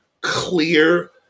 clear